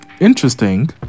interesting